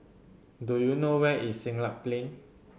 do you know where is Siglap Plain